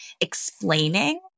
explaining